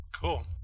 Cool